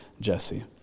Jesse